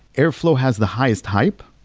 airflow has the highest hype.